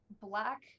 black